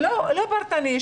לא פרטני.